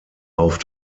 auf